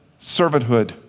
servanthood